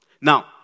Now